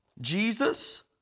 Jesus